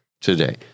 today